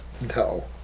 No